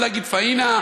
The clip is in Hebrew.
רוצים לפתור את הבעיה,